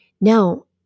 Now